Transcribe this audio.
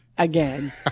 Again